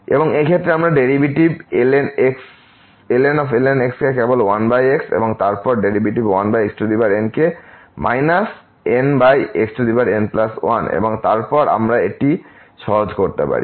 এবং এই ক্ষেত্রে এই ডেরিভেটিভ ln x কেবল 1x এবং তারপরএর ডেরিভেটিভ 1xn বিয়োগ nxn1 এবং তারপর আমরা এটি সহজ করতে পারি